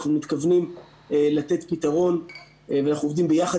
אנחנו מתכוונים לתת פתרון ואנחנו עובדים ביחד